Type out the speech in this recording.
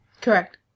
Correct